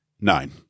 nine